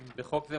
בחוק זה,